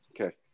Okay